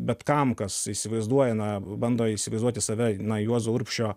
bet kam kas įsivaizduoja na bando įsivaizduoti save na juozo urbšio